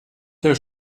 der